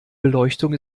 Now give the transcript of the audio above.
beleuchtung